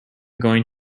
going